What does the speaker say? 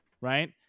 right